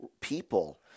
people